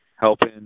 helping